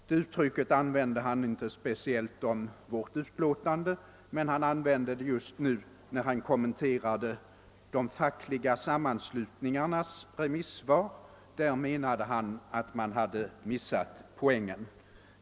Det uttrycket använde han inte speciellt om vårt utlåtande, men han använde det nyss när han kommenterade de fackliga sammanslutningarnas remissvar och menade att man där hade missat poängen.